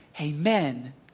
amen